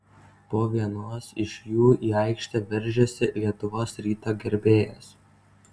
po vienos iš jų į aikštę veržėsi lietuvos ryto gerbėjas